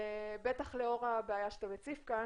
בטח לאור הבעיה שאתה מציף כאן.